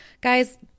guys